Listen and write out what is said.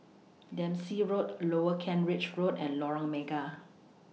Dempsey Road Lower Kent Ridge Road and Lorong Mega